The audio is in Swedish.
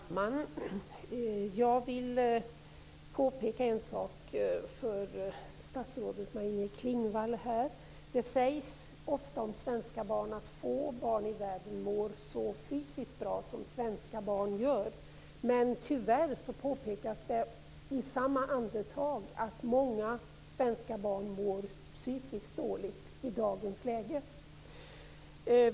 Fru talman! Jag vill påpeka en sak för statsrådet Det sägs ofta att få barn i världen mår så fysiskt bra som svenska barn, men tyvärr påpekas det i samma andetag att många svenska barn mår psykiskt dåligt i dagens läge.